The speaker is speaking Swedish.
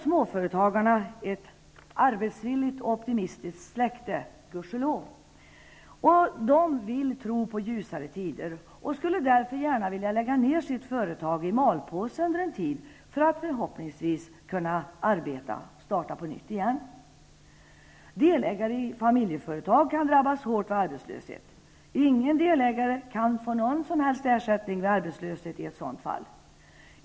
Småföretagarna är gudskelov ett arbetsvilligt, optimistiskt släkte, som vill tro på ljusare tider. Många skulle därför gärna vilja lägga sitt företag i malpåse under en tid, för att förhoppningsvis kunna starta på nytt igen. Delägare i familjeföretag kan drabbas hårt vid arbetslöshet. Ingen delägare kan få någon som helst ersättning vid arbetslöshet i ett sådant fall.